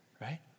right